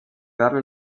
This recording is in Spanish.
darle